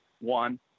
one